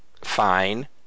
fine